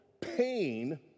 pain